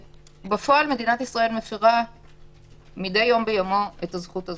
בפועל מדינת ישראל מפרה מדי יום ביומו את הזכות הזו.